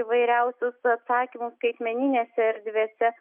įvairiausius atsakymus skaitmeninėse erdvėse